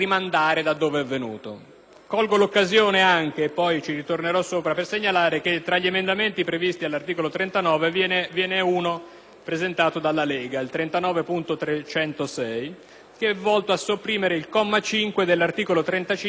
presentato dalla Lega, l'emendamento 39.306, volto a sopprimere il comma 5 dell'articolo 35 del decreto legislativo n. 286 del 1998, che sancisce il divieto di segnalazione alle autorità per il personale sanitario.